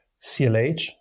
CLH